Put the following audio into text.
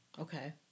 Okay